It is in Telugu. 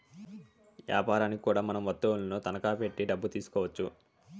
యాపారనికి కూడా మనం వత్తువులను తనఖా పెట్టి డబ్బు తీసుకోవచ్చు